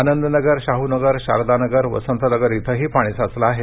आनंदनगर शाहूनगर शारदानगर वसंतनगर इथही पाणी साचले आहे